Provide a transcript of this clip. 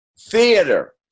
theater